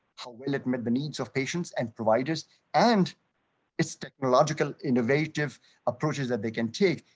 will admit the needs of patients and providers and its technological innovative approaches that they can take,